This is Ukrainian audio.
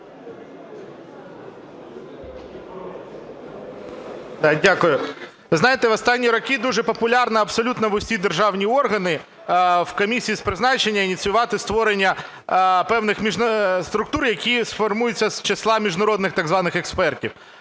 Дякую. Ви знаєте, в останні роки дуже популярно абсолютно в усі державні органи, в комісії з призначення ініціювати створення певних структур, які формуються з числа міжнародних так званих експертів,